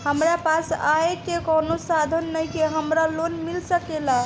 हमरा पास आय के कवनो साधन नईखे हमरा लोन मिल सकेला?